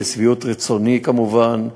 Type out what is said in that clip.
לשביעות רצוני כמובן,